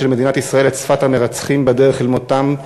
של מדינת ישראל את שפת המרצחים בדרך אל מותם,